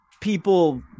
people